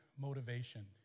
motivation